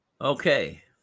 Okay